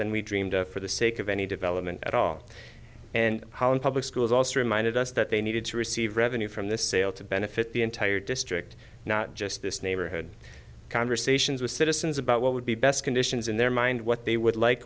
than we dreamed of for the sake of any development at all and public schools also reminded us that they needed to receive revenue from the sale to benefit the entire district not just this neighborhood conversations with citizens about what would be best conditions in their mind what they would like